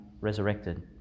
resurrected